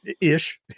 ish